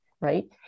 right